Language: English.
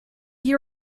you